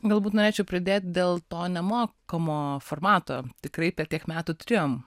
galbūt norėčiau pridėt dėl to nemokamo formato tikrai per tiek metų turėjom